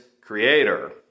creator